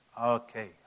Okay